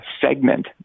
segment